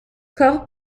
corps